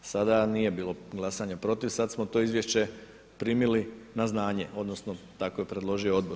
Sada nije bilo glasanje protiv, sada smo to izvješće primili na znanje, odnosno tako je predložio odbor.